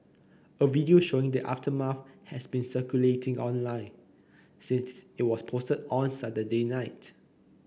a video showing the aftermath has been circulating online since it was posted on Saturday night